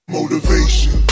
Motivation